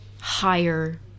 higher